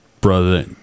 brother